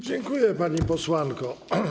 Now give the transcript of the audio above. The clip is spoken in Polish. Dziękuję, pani posłanko.